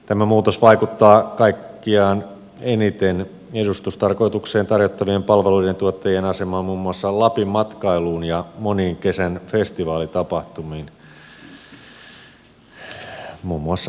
tämä muutos vaikuttaa kaikkiaan eniten edustustarkoitukseen tarjottavien palveluiden tuottajien asemaan muun muassa lapin matkailuun ja moniin kesän festivaalitapahtumiin muun muassa pori jazziin